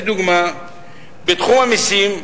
לדוגמה בתחום המסים,